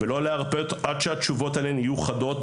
ולא להרפות עד שהתשובות עליהן יהיו חדות,